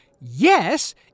yes